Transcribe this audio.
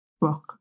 rock